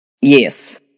Yes